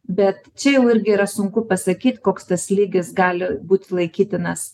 bet čia jau irgi yra sunku pasakyt koks tas lygis gali būt laikytinas